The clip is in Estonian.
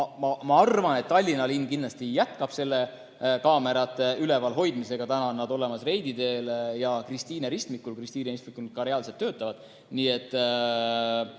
ma arvan, et Tallinna linn kindlasti jätkab nende kaamerate üleval hoidmisega. Need on olemas Reidi teel ja Kristiine ristmikul. Kristiine ristmikul need ka reaalselt töötavad.